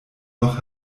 noch